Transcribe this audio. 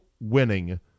winning